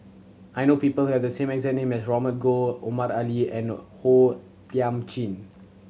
I know people who have the same exact Robert Goh Omar Ali and O Thiam Chin